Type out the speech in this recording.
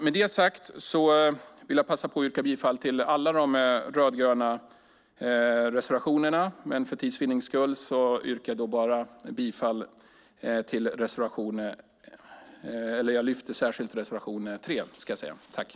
Med detta sagt vill jag lyfta fram alla de rödgröna reservationerna, men för tids vinnande yrkar jag bifall endast till reservation 3.